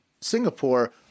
Singapore